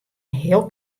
heel